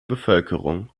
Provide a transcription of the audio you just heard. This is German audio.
bevölkerung